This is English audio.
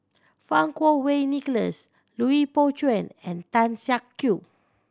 Fang Kuo Wei Nicholas Lui Pao Chuen and Tan Siak Kew